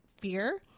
fear